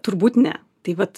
turbūt ne tai vat